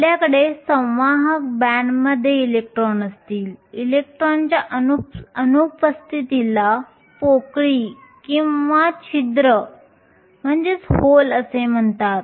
आपल्याकडे संवाहक बँडमध्ये इलेक्ट्रॉन असतील इलेक्ट्रॉनच्या अनुपस्थितीला पोकळीहोल म्हणतात